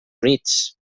units